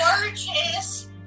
gorgeous